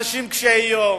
אנשים קשי-יום.